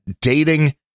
dating